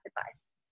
advice